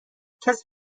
کسی